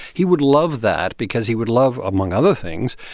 he would love that because he would love, among other things,